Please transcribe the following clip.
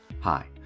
Hi